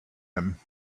him